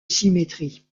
symétrie